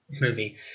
movie